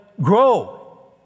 grow